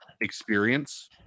experience